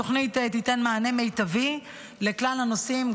התוכנית תיתן מענה מיטבי לכלל הנושאים,